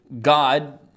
God